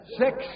six